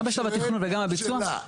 גם בשלב התכנון וגם בשלב הביצוע,